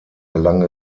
gelang